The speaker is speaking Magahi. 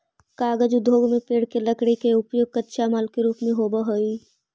कागज उद्योग में पेड़ के लकड़ी के उपयोग कच्चा माल के रूप में होवऽ हई